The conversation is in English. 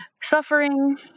suffering